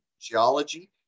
geology